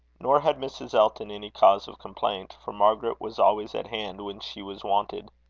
nor had mrs. elton any cause of complaint, for margaret was always at hand when she was wanted.